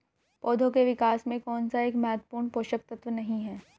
पौधों के विकास में कौन सा एक महत्वपूर्ण पोषक तत्व नहीं है?